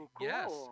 yes